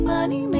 Money